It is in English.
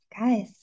guys